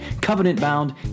covenant-bound